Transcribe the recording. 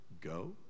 Go